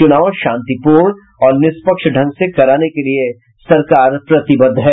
चुनाव शांतिपूर्ण और निष्पक्ष ढंग से कराने के लिये सरकार प्रतिबद्ध है